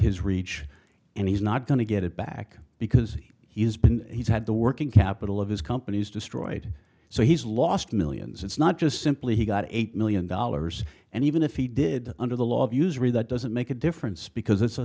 his reach and he's not going to get it back because he's been he's had the working capital of his company was destroyed so he's lost millions it's not just simply he got eight million dollars and even if he did under the law of usury that doesn't make a difference because it's a